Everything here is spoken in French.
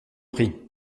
prie